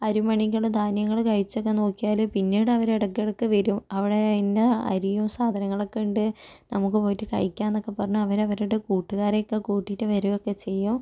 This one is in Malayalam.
അരിമണികള് ധാന്യങ്ങള് കഴിച്ചൊക്കെ നോക്കിയാല് പിന്നീട് അവര് എടക്ക് എടക്ക് വരും അവിടെ ഇന്ന അരിയും സാധങ്ങളൊക്കെയുണ്ട് നമുക്ക് പോയിട്ട് കഴിക്കാം എന്നൊക്കെ പറഞ്ഞ് അവര് അവരുടെ കൂട്ടുകാരെയൊക്കെ കൂട്ടിയിട്ട് വരുവൊക്കെ ചെയ്യും